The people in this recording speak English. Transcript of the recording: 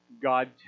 God